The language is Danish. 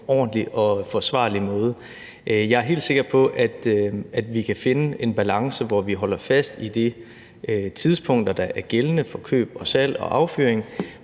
ordentlig og forsvarlig måde. Jeg er helt sikker på, at vi kan finde en balance, hvor vi holder fast i de tidspunkter, der er gældende for køb og salg og affyring,